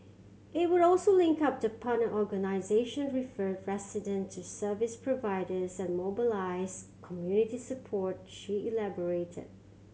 it would also link up the partner organisation refer resident to service providers and mobilise community support she elaborated